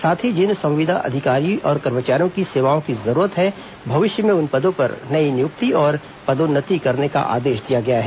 साथ ही जिन संविदा अधिकारी और कर्मचारियों की सेवाओं की जरूरत है भविष्य में उन पदों पर नई नियुक्ति और पदोन्नति करने का आदेश दिया गया है